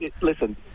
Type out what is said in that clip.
listen